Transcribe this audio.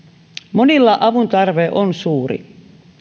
monilla veteraaneilla avuntarve on suuri